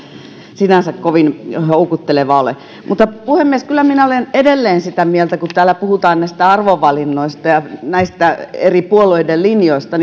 sinänsä kovin houkutteleva ole mutta puhemies kyllä minä olen edelleen sitä mieltä että kun täällä puhutaan näistä arvovalinnoista ja näistä eri puolueiden linjoista